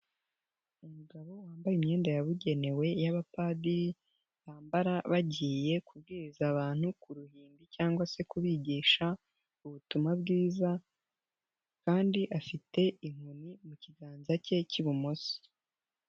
Umugabo wambaye imyenda yabugenewe y'abapadiri bambara bagiye kubwiriza abantu ku ruhimbi cyangwa se kubigisha ubutumwa bwiza kandi afite inkoni mu kiganza cye cy'ibumoso.